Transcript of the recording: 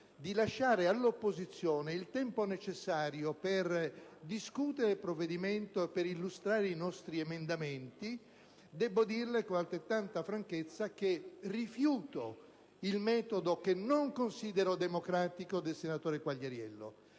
di lasciare all'opposizione il tempo necessario per discutere il provvedimento e per illustrare i nostri emendamenti, debbo dirle con altrettanta franchezza che rifiuto il metodo, che non considero democratico, del senatore Quagliariello,